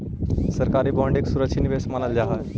सरकारी बांड एक सुरक्षित निवेश मानल जा हई